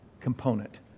component